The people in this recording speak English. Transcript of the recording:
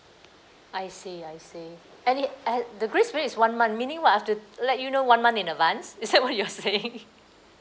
I see I see and it and the grace period is one month meaning what I've to let you know one month in advance is that what you're saying